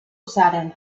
saddened